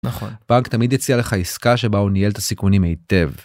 נכון. בנק תמיד יציע לך עסקה שבה הוא ניהל את הסיכונים היטב.